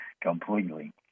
completely